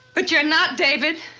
but you're not, david.